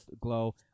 glow